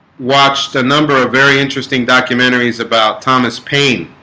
watched a number of very interesting documentaries about thomas paine